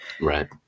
Right